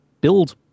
build